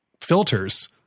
filters